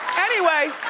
anyway,